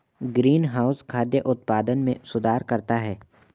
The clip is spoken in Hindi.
ग्रीनहाउस खाद्य उत्पादन में सुधार करता है